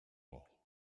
all